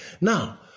Now